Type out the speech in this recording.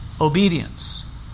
Obedience